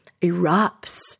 erupts